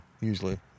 usually